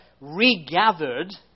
regathered